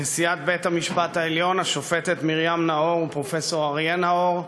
נשיאת בית-המשפט העליון השופטת מרים נאור ופרופסור אריה נאור,